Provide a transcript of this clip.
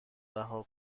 رها